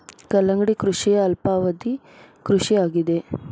ಕಲ್ಲಂಗಡಿ ಕೃಷಿಯ ಅಲ್ಪಾವಧಿ ಕೃಷಿ ಆಗಿದೆ